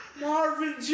Marvin